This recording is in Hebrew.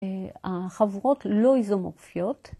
החברות לא איזומורפיות.